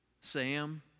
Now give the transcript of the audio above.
Sam